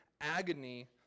agony